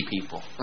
people